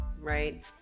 right